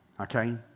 Okay